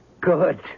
Good